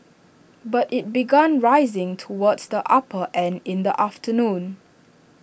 but IT began rising towards the upper end in the afternoon